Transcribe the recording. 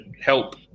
help